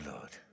Lord